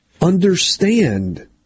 understand